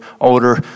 older